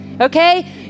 okay